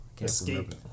escape